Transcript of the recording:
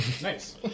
Nice